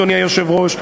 אדוני היושב-ראש,